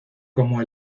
como